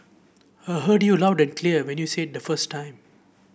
I heard you loud and clear when you said it the first time